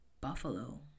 buffalo